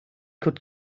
could